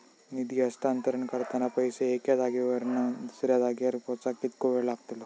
निधी हस्तांतरण करताना पैसे एक्या जाग्यावरून दुसऱ्या जाग्यार पोचाक कितको वेळ लागतलो?